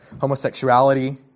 homosexuality